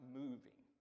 moving